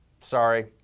Sorry